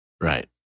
Right